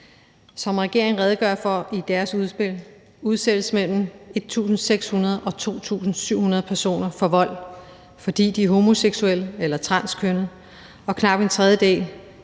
Som regeringen redegør for i deres udspil, udsættes mellem 1.600 og 2.700 personer for vold, fordi de er homoseksuelle eller transkønnede, og knap en tredjedel